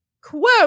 Quote